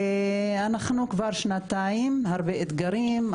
אנחנו כבר שנתיים הרבה אתגרים.